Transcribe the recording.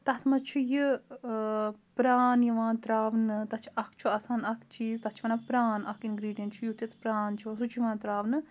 تَتھ منٛز چھُ یہِ پرٛان یِوان تراونہٕ تَتھ چھُ اَکھ چھُ آسان اَکھ چیٖز تَتھ چھِ وَنان پرٛان اَکھ اِنگرٛیٖڈیَنٛٹ چھُ یُتھ یَتھ پرٛان چھِ یِوان سُہ چھُ یِوان ترٛاونہٕ